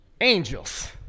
angels